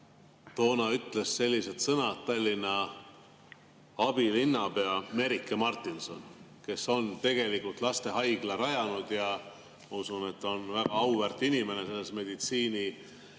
Toona ütles sellised sõnad Tallinna abilinnapea Merike Martinson, kes on tegelikult lastehaigla rajanud. Ma usun, et ta on väga auväärt inimene meditsiini-